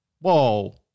Whoa